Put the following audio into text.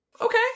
Okay